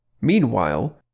Meanwhile